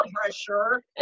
pressure